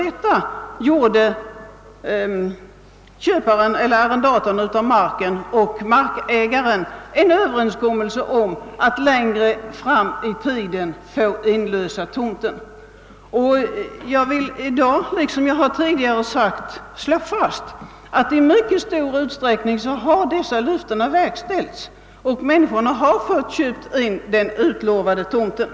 Med anledning härav träffade arrendatorn och markägaren ofta en överenskommelse om att inlösen av tomten skulle få ske längre fram i tiden. Jag vill i dag liksom jag tidigare gjort slå fast att dessa löften i mycket stor utsträckning har uppfyllts, så att arrendatorerna fått köpa in den utlovade tomten.